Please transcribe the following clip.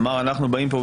הוא אמר: אנחנו באים פה,